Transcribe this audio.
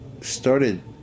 started